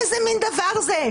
איזה מן דבר זה,